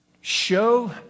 show